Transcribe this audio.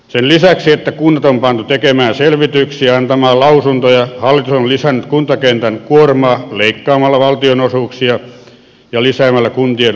sen lisäksi että kunnat on pantu tekemään selvityksiä antamaan lausuntoja hallitus on lisännyt kuntakentän kuormaa leikkaamalla valtionosuuksia ja lisäämällä kuntien velvoitteita